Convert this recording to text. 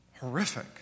horrific